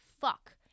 fuck